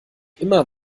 immer